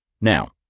Now